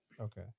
okay